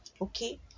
Okay